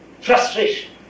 frustration